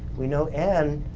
we know n,